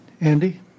Andy